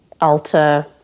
alter